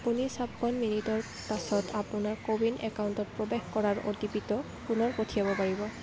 আপুনি ছাপন্ন মিনিটৰ পাছত আপোনাৰ কোৱিন একাউণ্টত প্ৰৱেশ কৰাৰ অ'টিপিটো পুনৰ পঠিয়াব পাৰিব